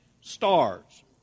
stars